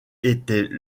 était